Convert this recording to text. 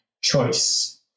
choice